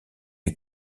les